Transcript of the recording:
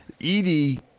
Edie